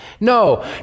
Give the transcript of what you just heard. No